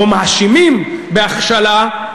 או מאשימים בהכשלה,